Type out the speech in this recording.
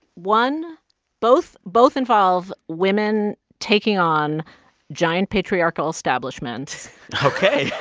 one both both involve women taking on giant patriarchal establishments ok.